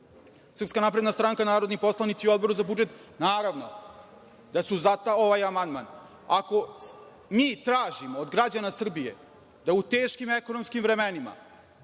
Srbije. Srpska napredna stranka, narodni poslanici u Odboru za budžet naravno da su za ovaj amandman. Ako mi tražimo od građana Srbije da u teškim ekonomskim vremenima